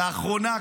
לאחרונה,